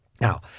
Now